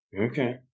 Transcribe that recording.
Okay